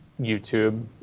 YouTube